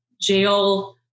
jail